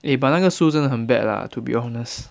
eh but 那个书真的很 bad lah to be honest